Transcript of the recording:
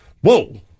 whoa